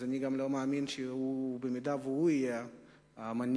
אז אני גם לא מאמין שאם הוא יהיה המנהיג